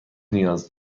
نیاز